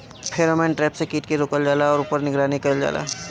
Pheromone trap से कीट के रोकल जाला और ऊपर निगरानी कइल जाला?